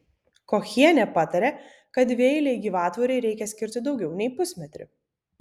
kochienė patarė kad dvieilei gyvatvorei reikia skirti daugiau nei pusmetrį